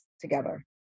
together